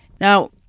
now